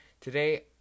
Today